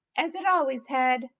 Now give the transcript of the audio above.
as it always had,